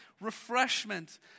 refreshment